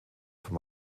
vom